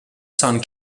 son